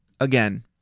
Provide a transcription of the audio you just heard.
Again